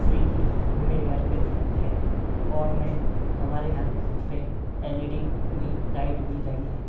fridge भी मेरे घर पे है और मैं हमारे घर पे एल ई डी भी लाइट भी लगी है